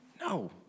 No